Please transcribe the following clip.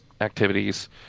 activities